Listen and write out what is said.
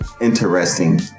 interesting